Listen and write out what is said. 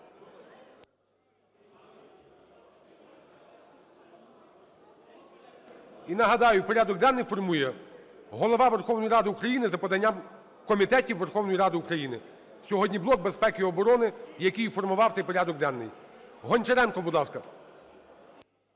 І нагадаю, порядок денний формує Голова Верховної Ради України за поданням комітетів Верховної Ради України. Сьогодні блок безпеки і оборони, який і формував цей порядок денний. Гончаренко, будь ласка.